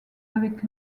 avec